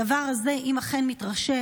הדבר הזה, אם אכן מתרחש,